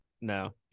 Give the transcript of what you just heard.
No